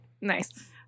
nice